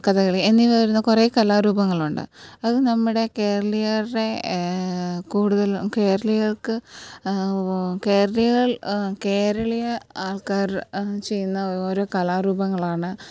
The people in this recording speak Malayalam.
കഥകളി എന്നിവ വരുന്ന കുറേ കലാരൂപങ്ങളുണ്ട് അത് നമ്മുടെ കേരളീയരുടെ കൂടുതൽ കേരളീയർക്ക് കേരളീയർ കേരളീയ ആൾക്കാർ ചെയ്യുന്ന ഒരോ കലാരൂപങ്ങളാണ്